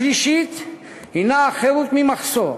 השלישית הנה החירות ממחסור,